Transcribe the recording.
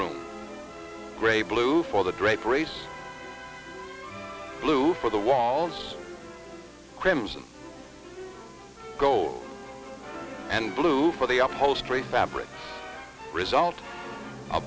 room gray blue for the draperies blue for the walls crimson gold and blue for the upholstery fabric result a